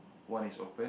one is open